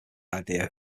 idea